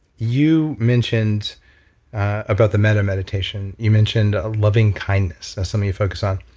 you mentioned about the metta meditation. you mentioned loving kindness as something you focus on.